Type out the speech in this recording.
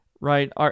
right